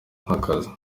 nk’akazi